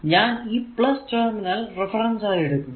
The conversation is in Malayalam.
ഞാൻ ഈ ടെർമിനൽ റഫറൻസ് ആയി എടുക്കുന്നു